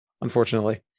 unfortunately